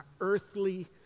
earthly